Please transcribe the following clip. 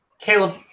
Caleb